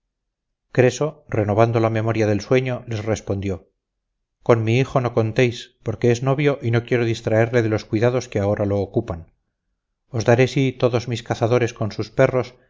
creso renovando la memoria del sueño les respondió con mi hijo no contéis porque es novio y no quiero distraerle de los cuidados que ahora lo ocupan os daré sí todos mis cazadores con sus perros